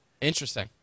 Interesting